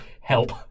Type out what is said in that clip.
Help